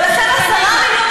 ולכן, 10 מיליון